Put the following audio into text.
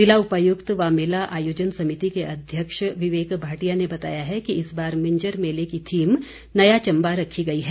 ज़िला उपायुक्त व मेला आयोजन समिति के अध्यक्ष विवेक भाटिया ने बताया है कि इस बार मिंजर मेले की थीम नया चंबा रखी गई है